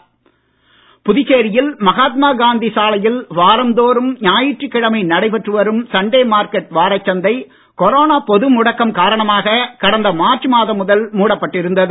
Sunday market புதுச்சேரியில் மகாத்மா காந்தி சாலையில் வாரந்தோறும் ஞாயிற்றுக்கிழமை நடைபெற்று வரும் சண்டே மார்கெட் வாரச்சந்தை கோரோனா பொது முடக்கம் காரணமாக கடந்த மார்ச் மாதம் முதல் மூடப்பட்டிருந்தது